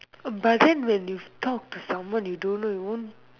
but then when you talk to someone you don't know you won't